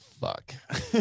fuck